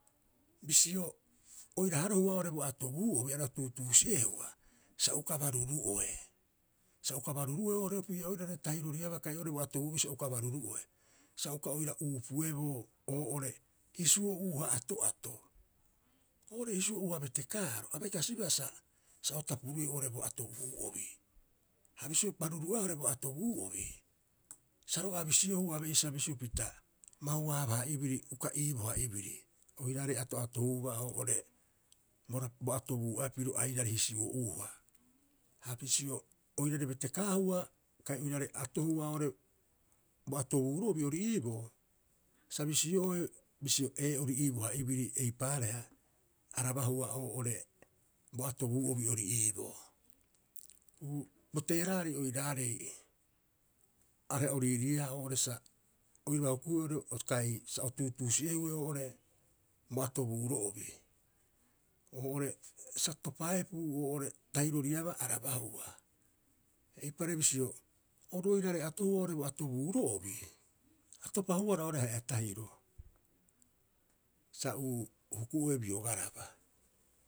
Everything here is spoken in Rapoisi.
Bisio orira harohua oo'ore bo atoobuu'obi are o tuutuusi'ehua sa uka baruru'oe. Sa uka baruru'oe oo'orre opii'a oira tahiroriabaa kai oo'ore bo atoobuu'obi a uka baruru'oe. Sa uka oira uupueboo oo'ore hisuo'uuha ato'ato. Oo'ore hisuo'uuha betekaaro a bai kasibaa sa o tapurueu oo'ore bo arobuu'obi. Ha bisio baruru'oeaa oo'ore bo atobuu'obi, sa roga'a bisiohuu abe'isa bisio pita bauaabaha'ibiri uka iiboha'ibiri oiraarei ato'atohuuba oo'ore bo ra bo atobuu'oea piro airari hiso'uuha. Ha bisio oiraarei betekaahua kai oiraarei atohua oo'ore bo atobuuro'obi ori iiboo sa bisio'oe bisio ee, ori iiboha iibiri eipaareha arabahua oo'ore bo atoobuu'obi ori iiboo. Uu, bo teera'ari oiraarei e, areha o riiriiaa oo'ore sa oiraba hukuhue oo'ore o tahii sa o tuutuusi'ehue oo'ore bo atobuuro'obi, oo'ore sa topaepuu oo'ore tahiroriaba arabahua. Eipare bisio oru oiraarei atohua oo'ore bo atobuuro'obi, a topahuara oo'ore ahe'a tahiro sa uu huku'oe biogaraba.